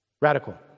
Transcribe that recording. Radical